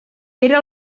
era